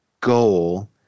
goal